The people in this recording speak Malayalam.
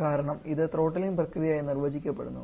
കാരണം ഇത് ത്രോട്ടിലിംഗ് പ്രക്രിയയായി നിർവചിക്കപ്പെടുന്നു